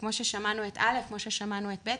כמו ששמענו את א', כמו ששמענו את ב',